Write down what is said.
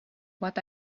what